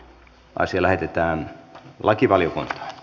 asia lähetettiin lakivaliokuntaan